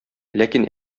ләкин